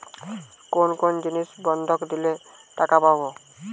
কোন কোন জিনিস বন্ধক দিলে টাকা পাব?